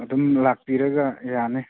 ꯑꯗꯨꯝ ꯂꯥꯛꯄꯤꯔꯒ ꯌꯥꯅꯤ